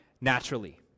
naturally